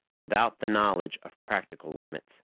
without the knowledge of practical limits.